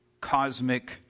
cosmic